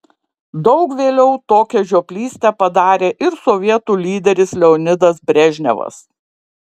daug vėliau tokią žioplystę padarė ir sovietų lyderis leonidas brežnevas